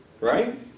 right